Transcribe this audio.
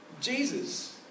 Jesus